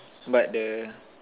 but the